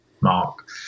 mark